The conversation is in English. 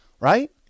right